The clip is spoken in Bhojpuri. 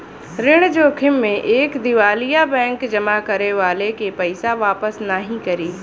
ऋण जोखिम में एक दिवालिया बैंक जमा करे वाले के पइसा वापस नाहीं करी